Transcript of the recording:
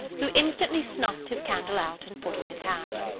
who instantly snuffed his candle out, and put on his hat.